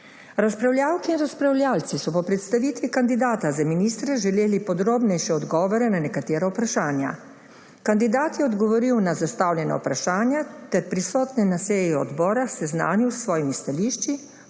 Razpravljavke in razpravljavci so po predstavitvi kandidata za ministra želeli podrobnejše odgovore na nekatera vprašanja. Kandidat je odgovoril na zastavljena vprašanja ter prisotne na seji odbora seznanil s svojimi stališči,